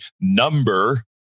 number